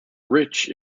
rich